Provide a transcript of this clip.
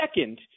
second